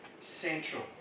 central